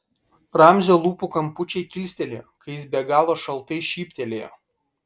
ramzio lūpų kampučiai kilstelėjo kai jis be galo šaltai šyptelėjo